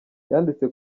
yanditse